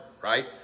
right